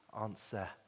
answer